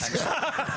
סליחה.